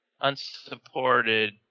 unsupported